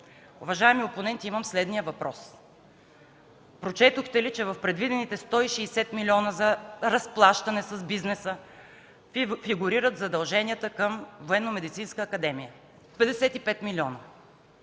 Уважаеми опоненти, имам следния въпрос: прочетохте ли, че в предвидените 160 милиона за разплащане с бизнеса фигурират задълженията към Военномедицинска